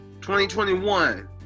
2021